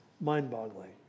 Mind-boggling